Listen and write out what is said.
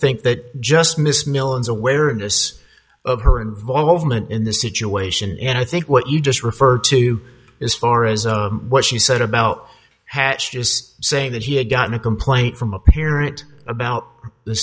think that just miss million's awareness of her involvement in this situation and i think what you just referred to as far as what you said about hatch is saying that he had gotten a complaint from a parent about the